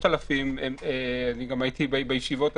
הייתי בישיבות הפנימיות.